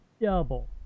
double